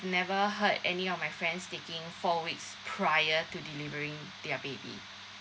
never heard any of my friends taking four weeks prior to delivery their baby